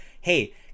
hey